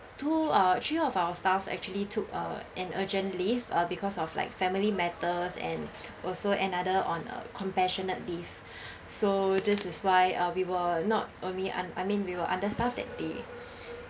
two uh three of our staff actually took uh an urgent leave uh because of like family matters and also another on uh compassionate leave so this is why uh we were not only and I mean we were understaffed that day